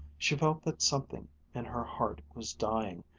she felt that something in her heart was dying,